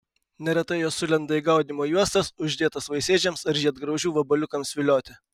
neretai jos sulenda į gaudymo juostas uždėtas vaisėdžiams ar žiedgraužių vabaliukams vilioti